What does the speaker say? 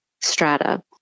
strata